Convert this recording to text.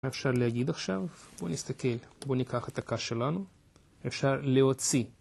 אפשר להגיד עכשיו, בוא נסתכל, בוא ניקח את הקש שלנו, אפשר להוציא